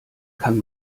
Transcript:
kann